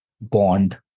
bond